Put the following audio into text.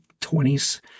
20s